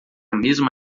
mesma